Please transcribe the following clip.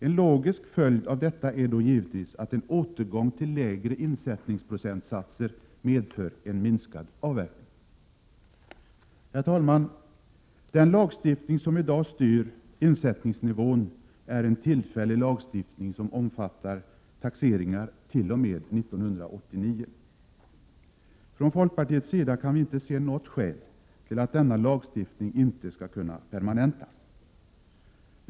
En logisk följd av detta är givetvis att en återgång till lägre insättningsprocentsatser medför en minskad avverkning. Herr talman! Den lagstiftning som i dag styr insättningsnivån är en tillfällig — Prot. 1987/88:100 lagstiftning som omfattar taxeringar t.o.m. år 1989. Från folkpartiets sida — 14 april 1988 kan vi inte se något skäl till att denna lagstiftning inte skulle kunna permanentas.